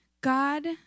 God